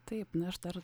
taip na aš dar